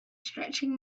stretching